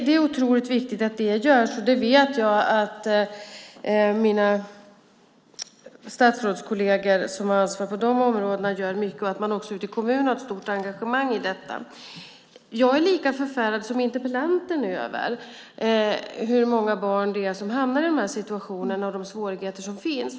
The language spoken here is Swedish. Det är otroligt viktigt att det görs. Jag vet att mina statsrådskolleger som har ansvar för de områdena gör mycket. Också ute i kommunerna har man ett stort engagemang i detta. Jag är lika förfärad som interpellanten över hur många barn det är som hamnar i de här situationerna och över de svårigheter som finns.